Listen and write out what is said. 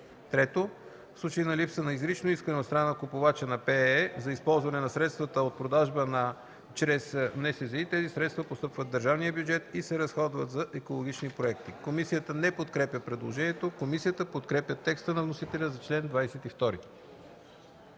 (3) В случай на липса на изрично изискване от страна на купувача на ПЕЕ за използване на средствата от продажбата чрез НСЗИ тези средства постъпват в държавния бюджет и се разходват за екологични проекти.” Комисията не подкрепя предложението. Комисията подкрепя текста на вносителя за чл. 22.